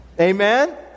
Amen